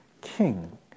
king